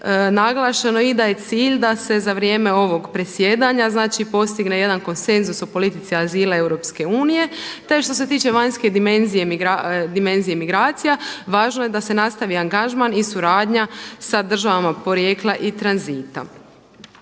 naglašeno i da je cilj i da se za vrijeme ovog predsjedanja postigne jedan konsenzus o politici azila EU, te što se tiče vanjske dimenzije migracija važno je da se nastavi angažman i suradnja sa državama porijekla i tranzita.